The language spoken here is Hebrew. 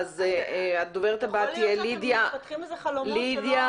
הדוברת הבאה תהיה לידיה